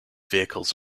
vehicles